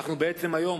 אנחנו בעצם היום